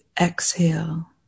exhale